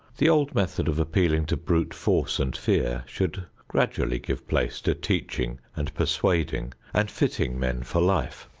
the old method of appealing to brute force and fear should gradually give place to teaching and persuading and fitting men for life.